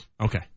Okay